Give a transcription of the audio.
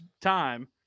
time